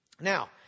Now